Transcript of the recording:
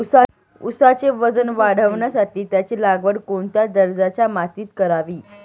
ऊसाचे वजन वाढवण्यासाठी त्याची लागवड कोणत्या दर्जाच्या मातीत करावी?